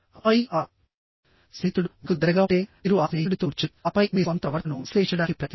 ఆపై ఆ స్నేహితుడు మీకు దగ్గరగా ఉంటే మీరు ఆ స్నేహితుడితో కూర్చుని ఆపై మీ స్వంత ప్రవర్తనను విశ్లేషించడానికి ప్రయత్నించండి